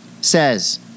says